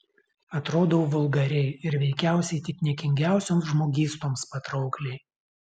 atrodau vulgariai ir veikiausiai tik niekingiausioms žmogystoms patraukliai